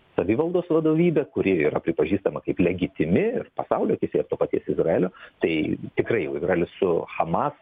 savivaldos vadovybe kuri yra pripažįstama kaip legitimi ir pasaulio akyse ir to paties izraelio tai tikrai izraelis su hamas